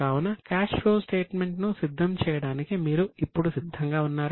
కావున cash flow స్టేట్మెంట్ను సిద్ధం చేయడానికి మీరు ఇప్పుడు సిద్ధంగా ఉన్నారా